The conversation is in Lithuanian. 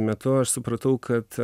metu aš supratau kad